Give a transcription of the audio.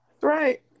Right